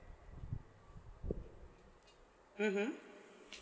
mmhmm